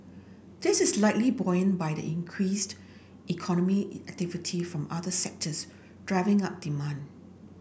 this is likely buoyed by the increased economic from other sectors driving up demand